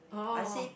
I say